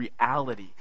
reality